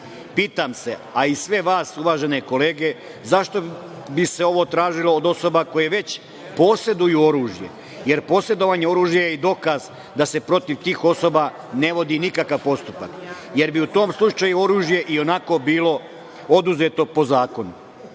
Pitam se, a i sve vas, uvažene kolege, zašto bi se ovo tražilo od osoba koje već poseduju oružje, jer posedovanje oružja je dokaz da se protiv tih osoba ne vodi nikakav postupak, jer bi u tom slučaju oružje i onako bilo oduzeto po zakonu?